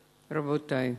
רבותי,